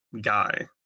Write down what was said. guy